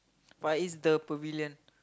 Far East the Pavilion